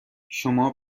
شما